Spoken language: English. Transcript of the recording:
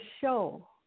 show